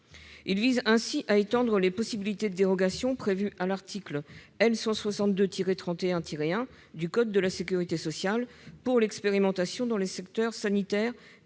vise ainsi à étendre les possibilités de dérogation prévues à l'article L. 162-31-1 du code de la sécurité sociale pour l'expérimentation dans le secteur sanitaire